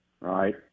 right